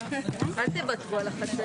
נעולה.